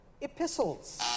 epistles